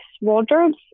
wardrobes